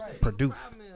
Produce